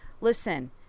listen